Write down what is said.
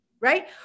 right